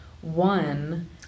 one